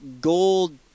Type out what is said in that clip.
gold